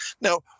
Now